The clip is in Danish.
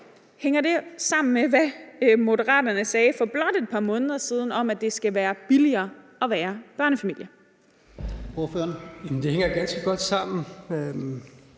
hænger det sammen med det, Moderaterne sagde for blot et par måneder siden om, at det skal være billigere at være børnefamilie? Kl. 10:39 Fjerde næstformand